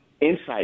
insight